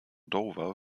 dover